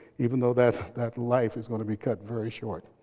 even though that that life is going to be cut very short.